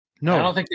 No